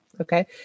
Okay